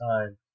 time